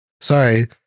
Sorry